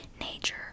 nature